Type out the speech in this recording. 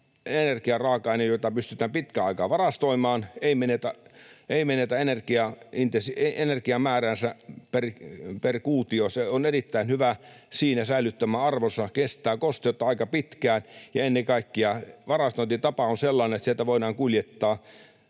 energiaraaka-aine, jota pystytään pitkän aikaa varastoimaan, ei menetä energiamääräänsä per kuutio, se on erittäin hyvä siinä, säilyttämään arvonsa, kestää kosteutta aika pitkään, ja ennen kaikkea varastointitapa on sellainen, että sieltä voidaan kuljettaa